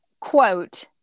Quote